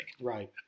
Right